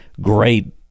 great